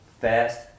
fast